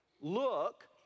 look